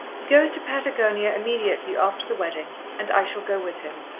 he goes to patagonia immediately after the wedding, and i shall go with him.